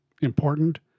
important